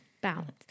balance